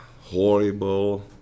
horrible